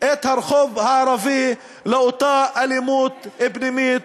את הרחוב הערבי לאותה אלימות פנימית,